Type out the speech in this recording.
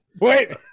wait